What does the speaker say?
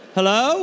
Hello